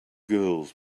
girls